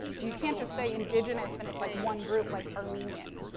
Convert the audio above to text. you can't just say indigenous and it's like one group like armenian,